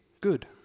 good